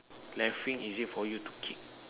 left wing easy for you to kick